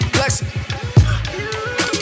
Flexing